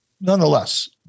nonetheless